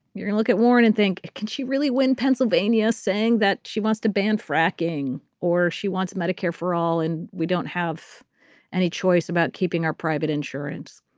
you can look at warren and think. can she really win pennsylvania saying that she wants to ban fracking or she wants medicare for all and we don't have any choice about keeping our private insurance.